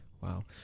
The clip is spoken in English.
Wow